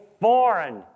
foreign